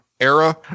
era